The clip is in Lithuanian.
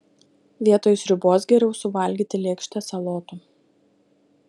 vietoj sriubos geriau suvalgyti lėkštę salotų